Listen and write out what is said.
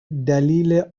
دلیل